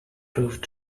proved